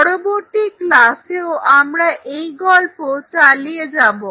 পরবর্তী ক্লাসেও আমি এই গল্প চালিয়ে যাব